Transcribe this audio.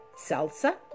salsa